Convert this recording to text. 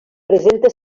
presenta